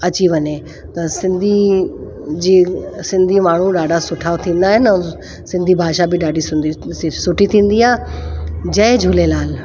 अची वञे त सिंधी जी सिंधी माण्हू ॾाढा सुठा थींदा आहिनि ऐं सिंधी भाषा बि ॾाढी सिंधी सुठी थींदी आहे जय झूलेलाल